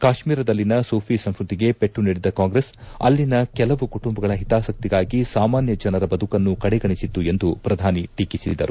ಕಾಶ್ಮೀರದಲ್ಲಿನ ಸೂಫಿ ಸಂಸ್ಕೃತಿಗೆ ಪೆಟ್ಲು ನೀಡಿದ್ದ ಕಾಂಗ್ರೆಸ್ ಅಲ್ಲಿನ ಕೆಲವು ಕುಟುಂಬಗಳ ಹಿತಾಸಕ್ತಿಗಾಗಿ ಸಾಮಾನ್ಯ ಜನರ ಬದುಕನ್ನು ಕಡೆಗಣೆಸಿತ್ತು ಎಂದು ಪ್ರಧಾನಿ ಟೀಕಿಸಿದರು